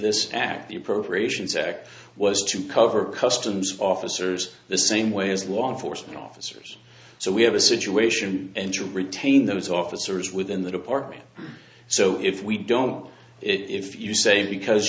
this act the appropriations act was to cover customs officers the same way as law enforcement officers so we have a situation and to retain those officers within the department so if we don't if you say because